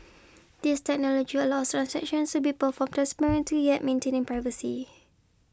this technology allows transactions to be performed transparently yet maintaining privacy